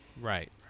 Right